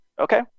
okay